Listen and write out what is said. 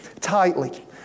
tightly